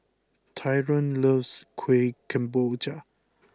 Tyron loves Kuih Kemboja